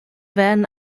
werden